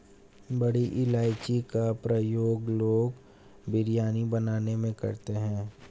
बड़ी इलायची का प्रयोग लोग बिरयानी बनाने में करते हैं